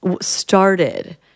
started